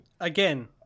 Again